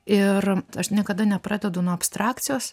ir aš niekada nepradedu nuo abstrakcijos